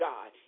God